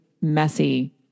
messy